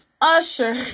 Usher